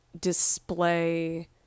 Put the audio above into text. display